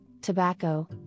tobacco